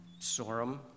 Sorum